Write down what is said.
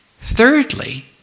Thirdly